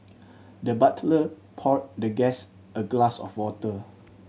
the butler poured the guest a glass of water